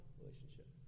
relationship